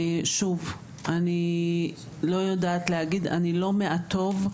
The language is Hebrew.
שוב, אני לא יודעת להגיד, אני לא מהטו"ב.